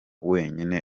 wenyine